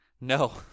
no